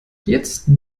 jetzt